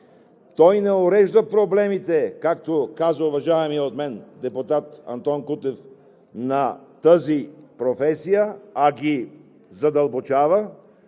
той не урежда проблемите, както казва уважаваният от мен депутат Антон Кутев, на тази професия, а ги задълбочава,